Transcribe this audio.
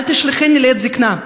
"אל תשליכני לעת זקנה",